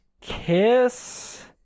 kiss